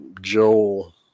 Joel